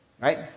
Right